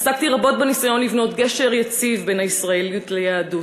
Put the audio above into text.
עסקתי רבות בניסיון לבנות גשר יציב בין הישראליות ליהדות.